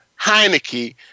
Heineke